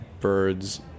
birds